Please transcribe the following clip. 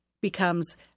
becomes